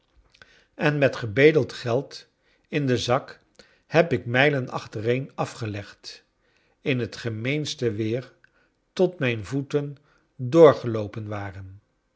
en met gebedeld geld in den zak heb ik mijlen achtereen afgelegd in het gemeenste weer tot mijn voeten doorgeloopen waxen